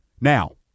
Now